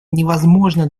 невозможно